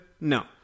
no